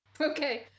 Okay